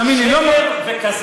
תאמין לי, לא, שקר וכזב.